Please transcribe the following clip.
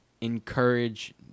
encourage